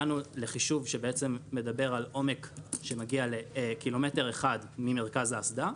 הגענו לחישוב שבעצם מדבר על עומק שמגיע לקילומטר אחד ממרכז האסדה,